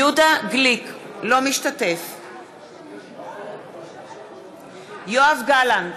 אינו משתתף בהצבעה יואב גלנט,